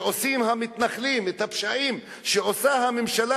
שעושים המתנחלים, את הפשעים שעושה הממשלה